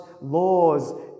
laws